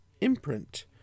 imprint